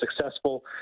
successful